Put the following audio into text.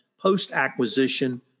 post-acquisition